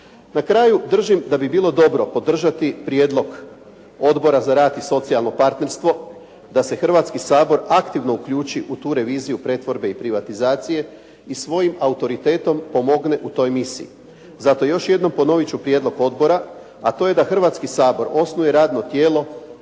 Na kraju držim da bi bilo dobro podržati prijedlog Odbora za rad i socijalno partnerstvo da se Hrvatski sabor aktivno uključi u tu reviziju pretvorbe i privatizacije i svojim autoritetom pomogne u toj misiji. Zato još jednom ponovit ću prijedlog odbora a to je da Hrvatski sabor osnuje radno tijelo